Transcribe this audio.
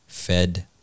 fed